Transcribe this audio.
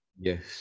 Yes